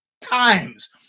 times